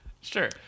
sure